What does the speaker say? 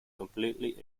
completely